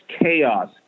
chaos